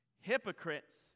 Hypocrites